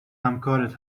همکارت